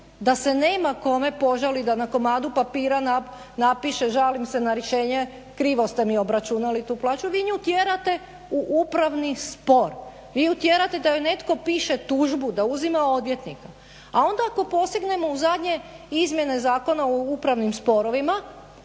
da se nema kome požaliti da na komadu papira napiše žalim se na rješenje krivo ste mi obračunali tu plaću. Vi nju tjerate u upravni spor, vi ju tjerate da joj netko piše tužbu, da uzima odvjetnika. A onda ako posegnemo u zadnje izmjene zakona u upravnim sporovima